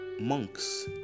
monks